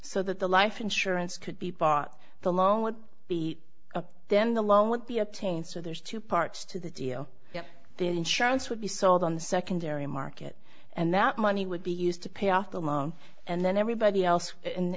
so that the life insurance could be bought the loan would be then the loan would be obtained so there's two parts to the deal the insurance would be sold on the secondary market and that money would be used to pay off the loan and then everybody else and